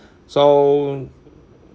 so